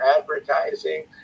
advertising